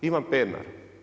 Ivan Pernar.